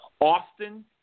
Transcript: Austin